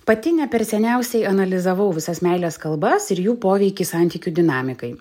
pati ne per seniausiai analizavau visas meilės kalbas ir jų poveikį santykių dinamikai